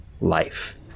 life